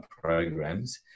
programs